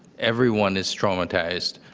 everyone is traumatized,